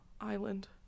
island